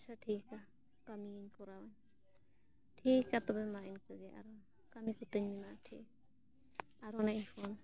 ᱟᱪᱪᱷᱟ ᱴᱷᱤᱠᱟ ᱠᱟᱹᱢᱤᱭᱟᱹᱧ ᱠᱚᱨᱟᱣᱟᱹᱧ ᱴᱷᱤᱠ ᱜᱮᱭᱟ ᱛᱚᱵᱮ ᱢᱟ ᱤᱱᱠᱟᱹ ᱜᱮ ᱟᱨᱦᱚᱸ ᱠᱟᱹᱢᱤ ᱠᱚᱛᱤᱧ ᱢᱮᱱᱟᱜᱼᱟ ᱴᱷᱤᱠ ᱟᱨᱚ ᱱᱟᱜ ᱤᱧ ᱯᱷᱳᱱ ᱟ